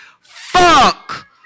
fuck